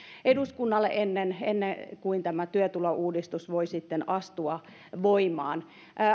eduskunnalle ennen ennen kuin tämä työtulouudistus voi sitten astua voimaan